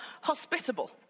hospitable